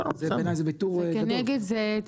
כנגד זה,